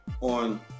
on